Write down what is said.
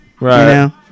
right